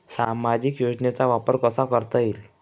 सामाजिक योजनेचा वापर कसा करता येईल?